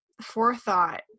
forethought